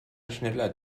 schneller